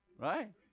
right